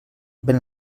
ven